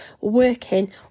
working